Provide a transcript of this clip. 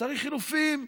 צריך חילופים,